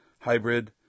Hybrid